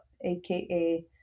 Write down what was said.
aka